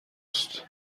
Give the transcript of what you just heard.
است